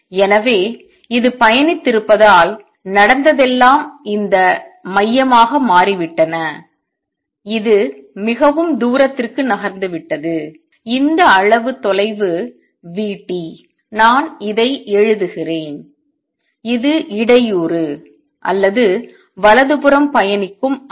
எனவே இது பயணித்திருப்பதால் நடந்ததெல்லாம் இந்த மையமாக மாறிவிட்டன இது மிகவும் தூரத்திற்கு நகர்ந்துவிட்டது இந்த அளவு தொலைவு v t நான் இதை எழுதுகிறேன் இது இடையூறு அல்லது வலதுபுறம் பயணிக்கும் அலை